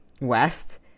West